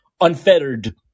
unfettered